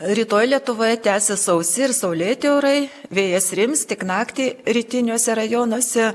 rytoj lietuvoje tęsis sausi ir saulėti orai vėjas rims tik naktį rytiniuose rajonuose